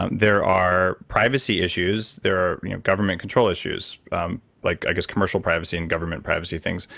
um there are privacy issues. there are government control issues like, i guess, commercial privacy and government privacy things.